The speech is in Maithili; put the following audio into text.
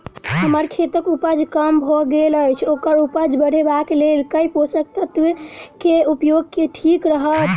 हम्मर खेतक उपज कम भऽ गेल अछि ओकर उपज बढ़ेबाक लेल केँ पोसक तत्व केँ उपयोग ठीक रहत?